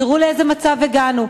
תראו לאיזה מצב הגענו.